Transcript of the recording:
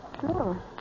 sure